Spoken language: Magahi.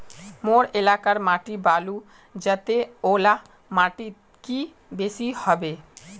मोर एलाकार माटी बालू जतेर ओ ला माटित की बेसी हबे?